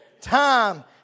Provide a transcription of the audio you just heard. Time